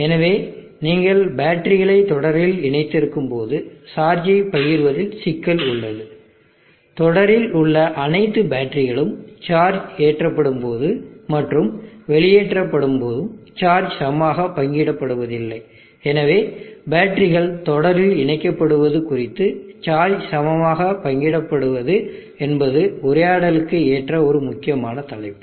எனவே நீங்கள் பேட்டரிகளை தொடரில் இணைத்திருக்கும்போது சார்ஜை பகிர்வதில் சிக்கல் உள்ளது தொடரில் உள்ள அனைத்து பேட்டரிகளும் சார்ஜ் ஏற்றப்படும் போது மற்றும் வெளியேற்றப்படும்போது சார்ஜ் சமமாக பங்கிடபடுவதில்லை எனவே பேட்டரிகள் தொடரில் இணைக்கப்படுவது குறித்து சார்ஜ் சமமாகப் பங்கிட படுவது என்பது உரையாடலுக்கு ஏற்ற ஒரு முக்கியமான தலைப்பு